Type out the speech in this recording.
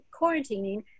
Quarantining